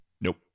Nope